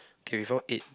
okay we found eight